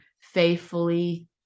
faithfully